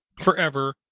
forever